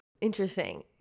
Interesting